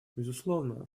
безусловно